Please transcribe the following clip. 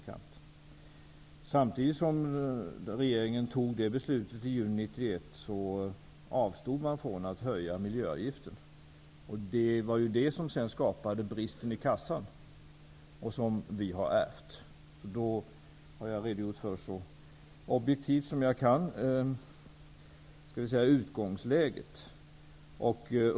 Samtidigt som regeringen fattade det beslutet i juni 1991 avstod man från en höjning av miljöavgiften. Det är ju det som skapade den brist i kassan som vi senare ärvde. Därmed har jag så objektivt som det är möjligt för mig redogjort för utgångsläget.